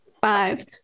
Five